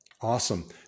Awesome